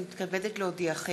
אני מתכבדת להודיעכם,